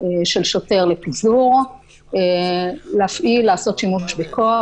של שוטר לפיזור, לעשות שימוש בכוח.